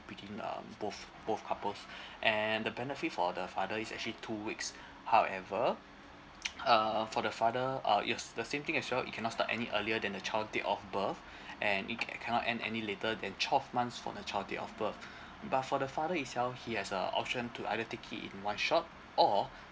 within uh both both couples and the benefit for the father is actually two weeks however uh for the father uh it's the same thing as well you cannot start any earlier than the child date of birth and it cannot end any later than twelve months from the child date of birth but for the father itself he has a option to either take it in one shot or